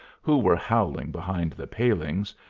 who were howling behind the palings,